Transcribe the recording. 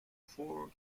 four